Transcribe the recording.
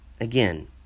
Again